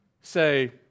say